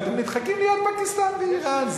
ואתם נדחקים להיות פקיסטן ואירן.